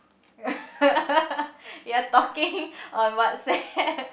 you're talking on WhatsApp